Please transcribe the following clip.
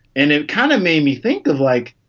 and it kind of made me think of like,